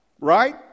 Right